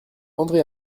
andré